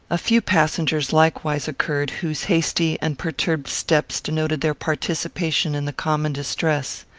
a few passengers likewise occurred, whose hasty and perturbed steps denoted their participation in the common distress.